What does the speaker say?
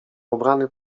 ubrany